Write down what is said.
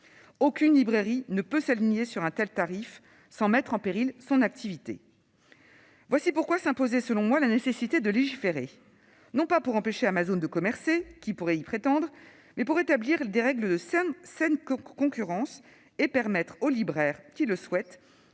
Aucune librairie ne peut s'aligner sur un tel tarif sans mettre en péril son activité ! Voilà pourquoi s'imposait, selon moi, la nécessité de légiférer. Non pas pour empêcher Amazon de commercer- qui pourrait y prétendre ?-, mais pour établir des règles de saine concurrence et permettre aux libraires qui le souhaitent